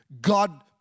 God